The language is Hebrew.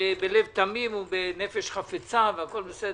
בלב תמים ובנפש חפצה והכול בסדר.